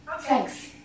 Thanks